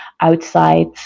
outside